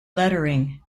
lettering